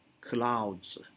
clouds